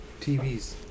TVs